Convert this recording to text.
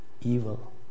evil